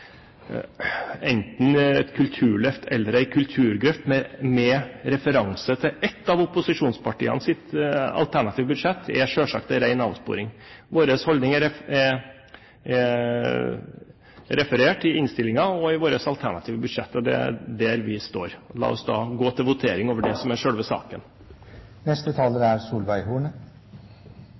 enten et kulturløft eller en kulturgrøft, med referanse til ett av opposisjonspartienes alternative budsjetter, er selvsagt en ren avsporing. Vår holdning er referert i innstillingen og i våre alternative budsjetter. Det er der vi står. La oss da gå til votering over det som er selve saken. Jeg skal prøve å være kort. Dette er